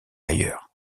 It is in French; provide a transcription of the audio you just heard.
ailleurs